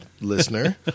listener